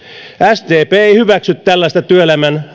sdp ei hyväksy tällaista työelämän